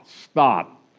stop